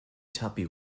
tuppy